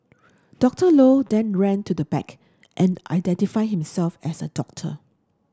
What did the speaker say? Doctor Low then ran to the back and identified himself as a doctor